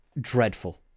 dreadful